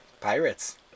Pirates